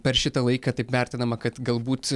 per šitą laiką taip vertinama kad galbūt